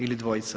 Ili dvojica.